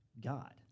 God